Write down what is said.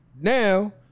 Now